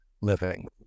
living